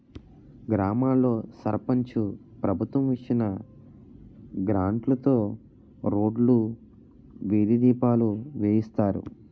గ్రామాల్లో సర్పంచు ప్రభుత్వం ఇచ్చిన గ్రాంట్లుతో రోడ్లు, వీధి దీపాలు వేయిస్తారు